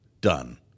done